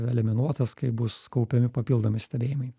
eliminuotas kai bus kaupiami papildomi stebėjimai